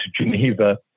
Geneva